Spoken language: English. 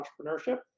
entrepreneurship